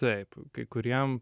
taip kai kuriem